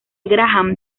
graham